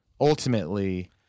Ultimately